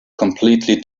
completely